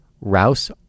Rouse